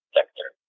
Sector